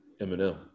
Eminem